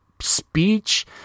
speech